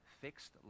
fixed